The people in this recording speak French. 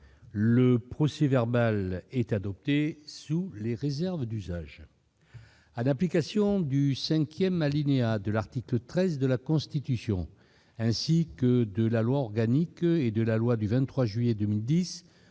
Le procès-verbal est adopté sous les réserves d'usage. En application du cinquième alinéa de l'article 13 de la Constitution, ainsi que de la loi organique n° 2010-837 et de la loi n° 2010-838 du 23 juillet 2010